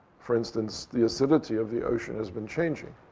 for instance, the acidity of the ocean has been changing.